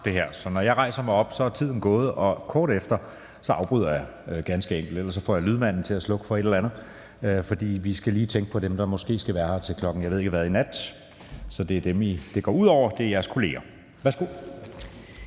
over, er jeres kolleger.